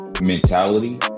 mentality